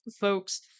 folks